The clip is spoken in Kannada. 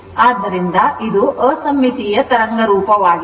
ಆದ್ದರಿಂದ ಇದು ಅಸಮ್ಮಿತೀಯ ತರಂಗ ರೂಪವಾಗಿದೆ